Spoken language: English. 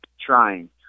trying